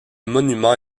monument